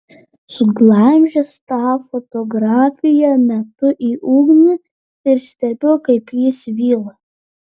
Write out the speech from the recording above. suglamžęs tą fotografiją metu į ugnį ir stebiu kaip ji svyla